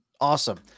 Awesome